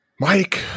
Mike